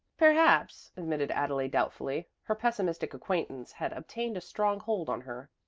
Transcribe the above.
perhaps, admitted adelaide doubtfully. her pessimistic acquaintance had obtained a strong hold on her.